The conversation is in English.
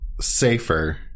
safer